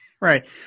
Right